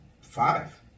five